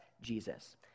Jesus